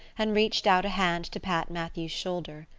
and reached out a hand to pat matthew's shoulder.